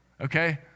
okay